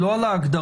לא על ההגדרה,